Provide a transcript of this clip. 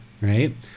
right